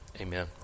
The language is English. Amen